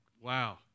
wow